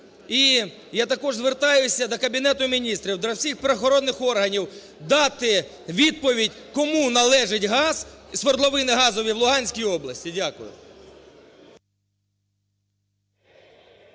І я також звертаюся до Кабінету Міністрів, до всіх правоохоронних органів дати відповідь кому належить газ, свердловини газові в Луганській області. Дякую.